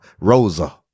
Rosa